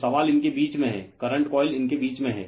तो सवाल इनके बीच में है करंट कॉइल इनके बीच में है